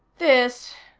this,